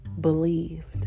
believed